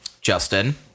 Justin